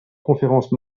conférence